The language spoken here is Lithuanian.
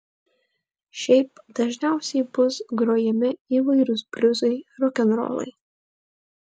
šiaip dažniausiai bus grojami įvairūs bliuzai rokenrolai